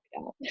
out